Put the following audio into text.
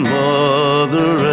mother